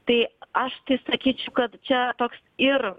tai aš tai sakyčiau kad čia toks ir